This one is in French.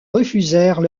refusèrent